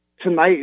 tonight